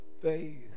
faith